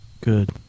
good